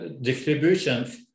distributions